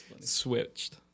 switched